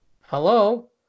Hello